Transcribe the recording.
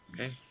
Okay